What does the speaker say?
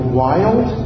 wild